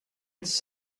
its